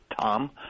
Tom